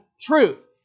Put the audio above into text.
truth